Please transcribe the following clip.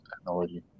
technology